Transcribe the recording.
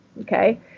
Okay